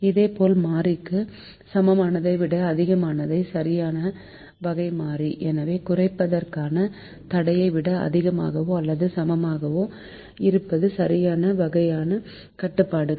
இதேபோல் மாறிக்கு சமமானதை விட அதிகமானவை சரியான வகை மாறி எனவே குறைப்பதற்கான தடையை விட அதிகமாகவோ அல்லது சமமாகவோ இருப்பது சரியான வகையான கட்டுப்பாடுகள்